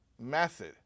method